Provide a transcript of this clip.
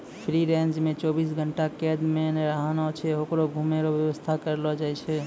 free range मे चौबीस घंटा कैद नै रहना हुवै छै होकरो घुमै रो वेवस्था करलो जाय छै